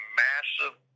massive